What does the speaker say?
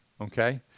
Okay